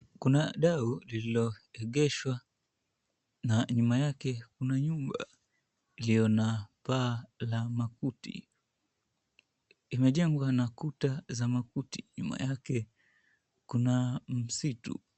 Kuna dau lililoegeshwa na nyuma yake kuna nyumba iliyo na paa la makuti. Imejengwa na kuta za makuti, nyuma yake kuna msitu.